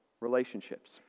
relationships